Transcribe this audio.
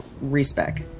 respec